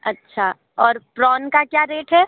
अच्छा और प्रॉन का क्या रेट है